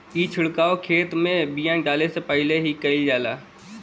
ई छिड़काव खेत में बिया डाले से पहिले ही कईल जाला